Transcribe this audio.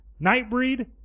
Nightbreed